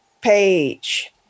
page